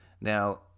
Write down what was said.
Now